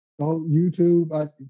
YouTube